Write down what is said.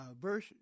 verse